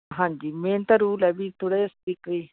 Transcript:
ਹਾਂਜੀ ਮੇਨ ਤਾਂ ਰੂਲ ਹੈ ਵੀ ਥੋੜ੍ਹਾ ਜਿਹਾ ਸਟ੍ਰਿਕਲੀ